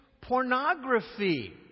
pornography